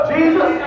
Jesus